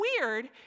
weird